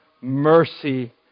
mercy